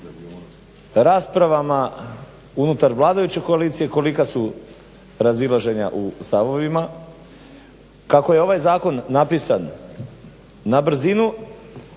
raspravama unutar vladajuće koalicije kolika su razilaženja u stavovima. Kako je ovaj zakon napisan na brzinu,